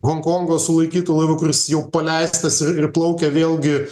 honkongo sulaikytu laivu kuris jau paleistas ir ir plaukia vėlgi